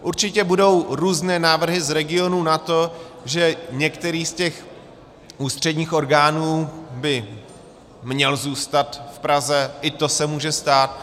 Určitě budou různé návrhy z regionů na to, že některý z těch ústředních orgánů by měl zůstat v Praze, i to se může stát.